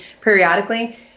periodically